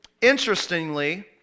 interestingly